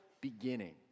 beginning